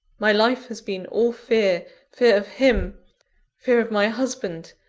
my life has been all fear fear of him fear of my husband,